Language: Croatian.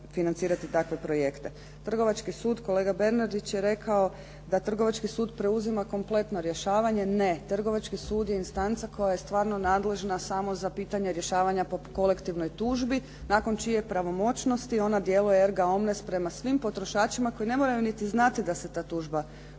financirati takve projekte. Trgovački sud kolega Bernardić je rekao da Trgovački sud preuzima kompletno rješavanje. Ne, Trgovački sud je instanca koja je stvarno nadležna samo za pitanje rješavanje po kolektivnoj tužbi nakon čije pravomoćnosti ona djeluje ergaomnes prema svim potrošačima koji ne moraju niti znati da se ta tužba